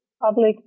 public